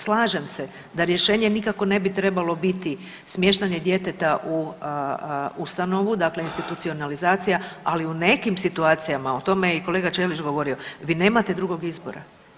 Slažem se da rješenje nikako ne bi trebalo biti smještanje djeteta u ustanovu, dakle institucionalizacija, ali u nekim situacijama o tome je i kolega Ćelić govorio, vi nemate drugog izbora.